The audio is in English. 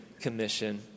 Commission